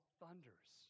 thunders